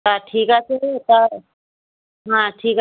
তা ঠিক আছে তা হ্যাঁ ঠিক আছে